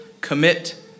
Commit